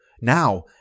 Now